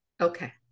Okay